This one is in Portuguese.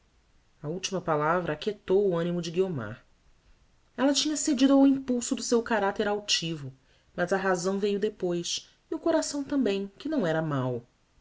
a ultima palavra aquietou o animo de guiomar ella tinha cedido ao impulso do seu caracter altivo mas a razão veiu depois e o coração tambem que não era mau